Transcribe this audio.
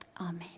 amen